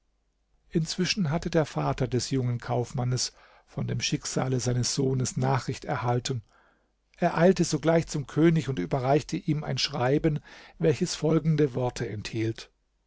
inzwischen hatte der vater des jungen kaufmanns von dem schicksale seines sohnes nachricht erhalten er eilte sogleich zum könig und überreichte ihm ein schreiben welches folgende worte enthielt